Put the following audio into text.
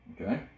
Okay